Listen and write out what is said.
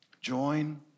Join